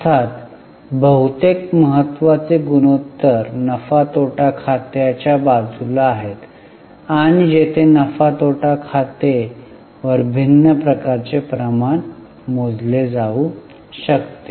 अर्थात बहुतेक महत्त्वाचे गुणोत्तर नफा तोटा खाते च्या बाजूला आहेत जेथे नफा तोटा खाते वर भिन्न प्रकारचे प्रमाण मोजले जाऊ शकते